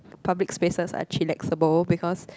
public spaces are chillaxable because